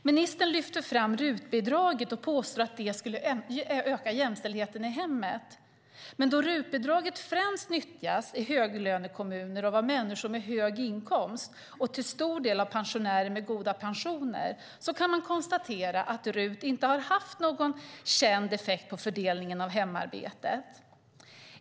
Ministern lyfter fram RUT-bidraget och påstår att det skulle öka jämställdheten i hemmet. Men då RUT-avdraget nyttjas främst i höglönekommuner och av människor med hög inkomst och till stor del av pensionärer med goda pensioner kan man konstatera att RUT inte har haft någon känd effekt på fördelningen av hemarbetet.